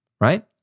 Right